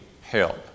help